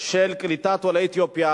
של קליטת עולי אתיופיה.